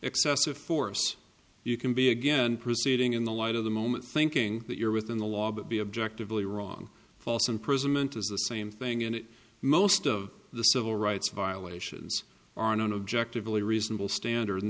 excessive force you can be again proceeding in the light of the moment thinking that you're within the law but be objectively wrong false imprisonment is the same thing and most of the civil rights violations are nonobjective a reasonable standard and